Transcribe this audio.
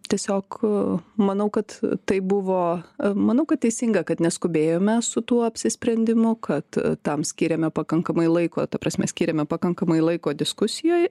tiesiog manau kad tai buvo manau kad teisinga kad neskubėjome su tuo apsisprendimu kad tam skyrėme pakankamai laiko ta prasme skyrė pakankamai laiko diskusijoj